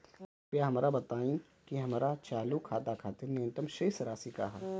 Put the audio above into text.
कृपया हमरा बताइं कि हमर चालू खाता खातिर न्यूनतम शेष राशि का ह